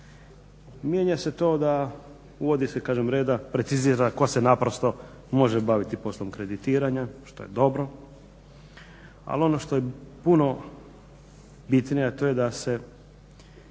Mijenja se to da uvodi se kažem reda, precizira tko se naprosto može baviti poslom kreditiranja što je dobro. Ali ono što je puno bitnije a to je da se